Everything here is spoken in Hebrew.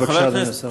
בבקשה, אדוני השר.